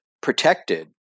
protected